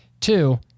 Two